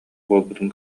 буолбутун